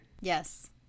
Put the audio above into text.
Yes